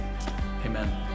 Amen